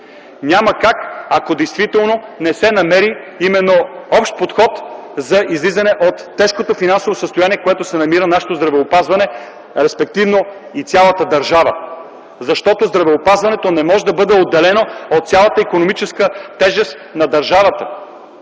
доведат до резултат, ако не се намери действително общ подход за излизане от тежкото финансово състояние, в което се намира нашето здравеопазване, респективно и цялата държава. Здравеопазването не може да бъде отделено от икономическата тежест в държавата.